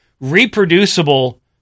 reproducible